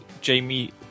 jamie